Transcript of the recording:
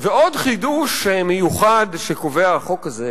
ועוד חידוש מיוחד שקובע החוק הזה,